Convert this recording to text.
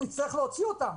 אנחנו נצטרך להוציא אותם.